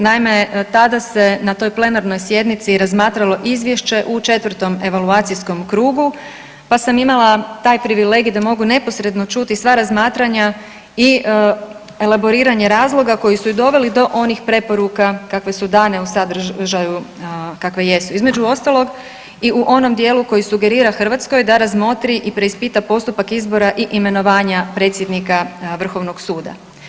Naime, tada se na toj plenarnoj sjednici razmatralo izvješće u 4. evaluacijskom krugu pa sam imala taj privilegij da mogu neposredno čuti sva razmatranja i elaboriranje razloga koji su i doveli do onih preporuka kakve su dane u sadržaju kakve jesu, između ostalog i u onom dijelu koji sugerira Hrvatskoj da razmotri i preispita postupak izbora i imenovanja predsjednika Vrhovnog suda.